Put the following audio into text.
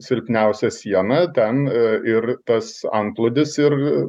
silpniausia siena ten ir tas antplūdis ir